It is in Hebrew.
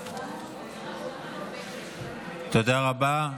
תודה רבה.